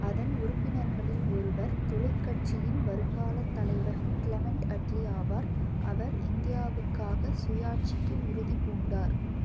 அதன் உறுப்பினர்களில் ஒருவர் தொழிற்கட்சியின் வருங்கால தலைவர் க்ளமெண்ட் அட்லி ஆவார் அவர் இந்தியாவுக்காக சுயாட்சிக்கு உறுதி பூண்டார்